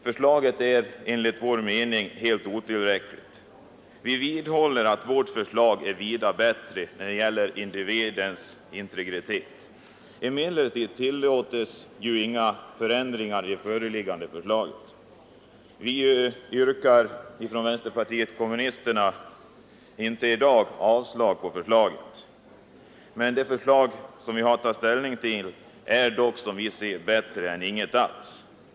Enligt vår mening är detta förslag helt otillräckligt. Vi vidhåller att vårt förslag är vida bättre när det gäller individens integritet. Emellertid tillåts ju inga förändringar i det föreliggande förslaget. Vi yrkar från vänsterpartiet kommunisterna inte i dag avslag på förslaget. Det förslag vi har att ta ställning till är dock, som vi ser det, bättre än ingenting alls.